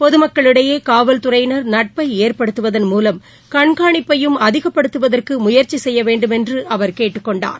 பொதுமக்களிடையே ஏற்படுத்துவதன் மூலம் கண்காணிப்பையும் அதிகப்படுத்தவதற்கு முயற்சி செய்ய வேண்டுமென்ற அவர் கேட்டுக் கொண்டார்